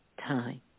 time